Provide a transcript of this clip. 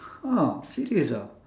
ah serious ah